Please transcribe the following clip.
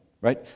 right